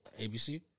ABC